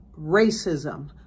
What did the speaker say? racism